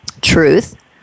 truth